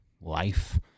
life